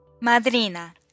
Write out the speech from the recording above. Madrina